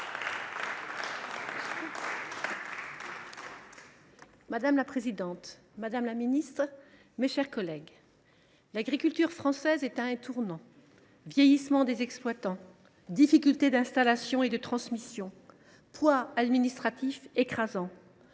Madame la présidente, madame la ministre, mes chers collègues, l’agriculture française est à un tournant. Vieillissement des exploitants, difficultés d’installation et de transmission, poids administratif écrasant